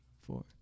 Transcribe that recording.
Four